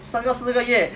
三个四个月